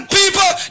people